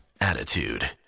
Attitude